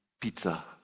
pizza